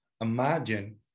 Imagine